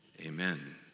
amen